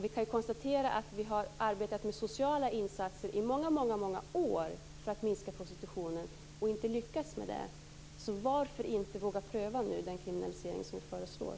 Vi kan konstatera att vi har arbetat med sociala insatser i många år för att minska prostitutionen, och inte lyckats med det. Så varför inte våga pröva den kriminalisering som nu föreslås?